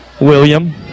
William